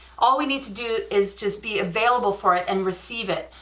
all we need to do is just be available for it and receive it,